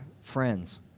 friends